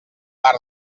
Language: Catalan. bar